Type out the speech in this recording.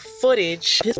footage